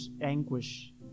anguish